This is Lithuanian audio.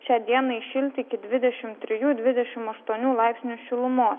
šiandienai įšilti iki dvidešimt trijų dvidešimt aštuonių laipsnių šilumos